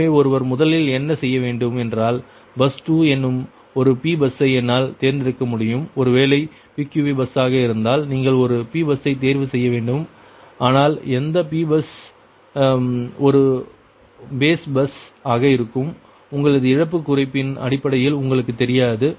எனவே ஒருவர் முதலில் என்ன செய்ய வேண்டும் என்றால் பஸ் 2 என்னும் ஒரு P பஸ்ஸை என்னால் தேர்ந்தெடுக்க முடியும் ஒருவேளை இது PQV பஸ்ஸாக ஆக இருந்தால் நீங்கள் ஒரு P பஸ்ஸை தேர்வு செய்ய வேண்டும் ஆனால் எந்த P பஸ் ஒரு பேஸ் பஸ் ஆக இருக்கும் உங்களது இழப்பு குறைப்பின் அடிப்படையில் உங்களுக்கு தெரியாது